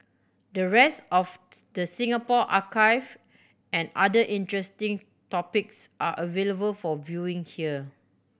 the rest of the Singapore archive and other interesting topics are available for viewing here